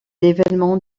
événements